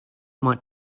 might